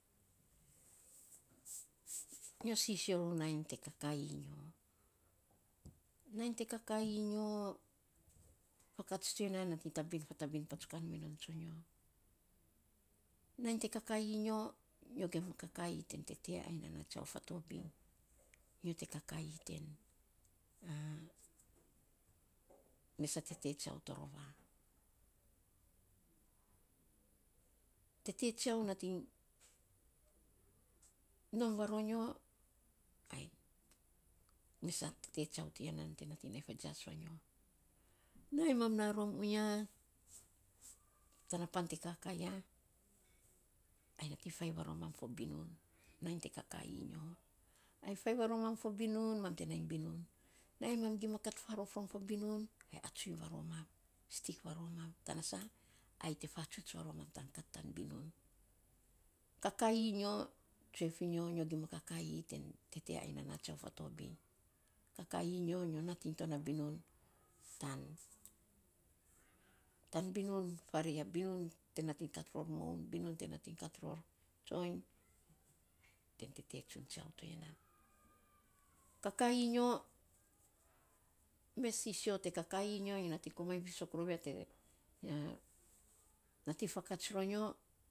nyo sisio rou nainy te kakaii nyo nainy te kakaii nyo, fakats to ya nan nating tabin fatabin patsukan mi no tsonyo. Nainy te kakaii nyo, nyo gima kakaii ten tete ai nana tsiau fatobiny nyo te kakaii ten mes a tete tsiau torova. Tete tsiau nating nom va ro nyo ai mes a tete tsiau ti ya nan te nating nainy fa jias va ro nyo. Nainy mam na rom unyo tana pan te kaka ya, ai nating fainy va ro main fo binun nainy te kakaii nyo ai fainy va ro main fo binun mam te nainy binun. Nainy mam gima kat farof rom fo binun, ai atsun va ro mam, stick va ro mam tana sa ai te fatsuts va ro mam tan kat tan binun. Kakaii nyo, tsue fi nyo, nyo gima kakaii ten tete ai nana tsiau fatobiny. Kakaii nyo, nyo nating to na binun. Tan binun farei a binun te nating kat ror moun, binun te nating kat ror tsoiny kakaii nyo, nyo nating komainy fisok rou ya nating fakats ro nyo.